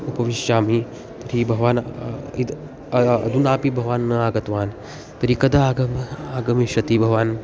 उपविशामि तर्हि भवान् इदं अधुनापि भवान् न आगतवान् तर्हि कदा आगम आगमिष्यति भवान्